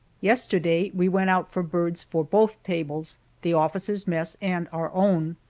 yesterday we went out for birds for both tables the officers' mess and our own.